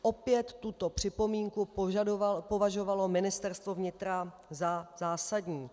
Opět tuto připomínku považovalo Ministerstvo vnitra za zásadní.